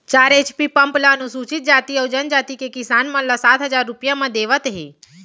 चार HP pump ल अनुसूचित जाति अउ जनजाति के किसान मन ल सात हजार रूपिया म देवत हे